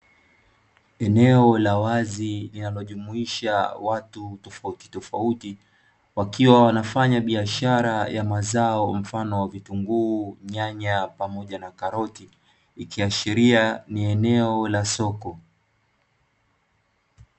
Eneo la wazi linalojumuisha watu tofautitofauti wakiwa wanafanyabiashara ya mazao mfano wa vitunguu, nyanya pamoja na karoti, ikiashiria ni eneo la soko.